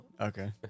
Okay